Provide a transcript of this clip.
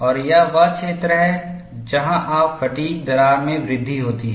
और यह वह क्षेत्र है जहां आपके फ़ैटिग् दरार में वृद्धि होती है